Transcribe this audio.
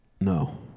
No